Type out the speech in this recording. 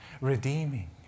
redeeming